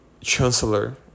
chancellor